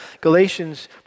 Galatians